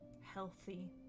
Healthy